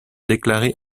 déclarer